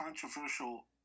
controversial